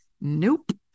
nope